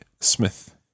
Smith